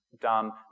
done